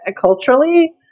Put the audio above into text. culturally